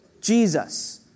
Jesus